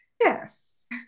Yes